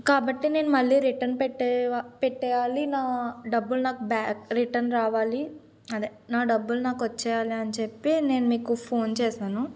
కాబట్టి నేను మళ్ళీ రిటర్న్ పెట్టేవ పెట్టేయాలి నా డబ్బులు నాకు బ్యా రిటర్న్ రావాలి అదే నా డబ్బులు నాకు వచ్చేయాలి అని చెప్పి నేను మీకు ఫోన్ చేశాను